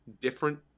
different